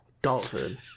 Adulthood